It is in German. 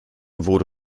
wurde